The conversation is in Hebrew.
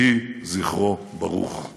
יהי זכרו ברוך.